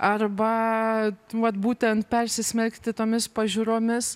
arba vat būtent persismelkti tomis pažiūromis